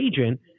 agent